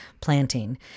planting